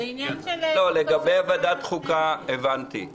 לא, לגבי ועדת החוקה הבנתי.